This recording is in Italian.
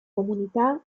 comunità